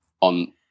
on